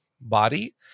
body